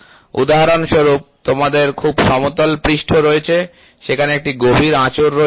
উদাহরণ স্বরূপ তোমাদের খুব সমতল পৃষ্ঠ রয়েছে সেখানে একটি গভীর আঁচড় রয়েছে